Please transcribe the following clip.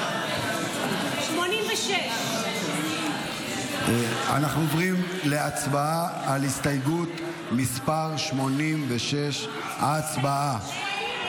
86. אנחנו עוברים להצבעה על הסתייגות מס' 86. הצבעה.